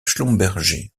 schlumberger